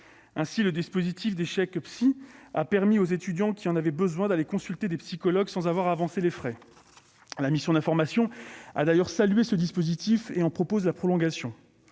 Ainsi, le dispositif des « chèques psy » a permis aux étudiants qui en avaient besoin d'aller consulter un psychologue sans avoir à avancer de frais. La mission d'information a d'ailleurs salué ce dispositif et en propose la prolongation.